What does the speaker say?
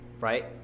right